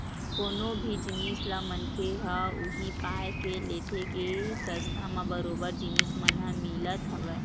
कोनो भी जिनिस ल मनखे ह उही पाय के लेथे के सस्ता म बरोबर जिनिस मन ह मिलत हवय